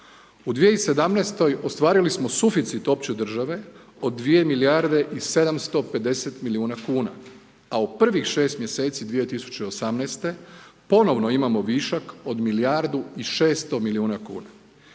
u 2017. ostvarili smo suficit opće države od dvije milijarde i 750 milijuna kuna, a u prvih 6 mjeseci 2018. ponovno imamo višak od milijardu i 600 milijuna kuna.